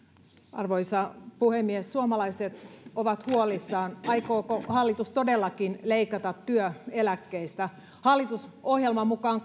arvoisa puhemies suomalaiset ovat huolissaan aikooko hallitus todellakin leikata työeläkkeistä hallitusohjelman mukaan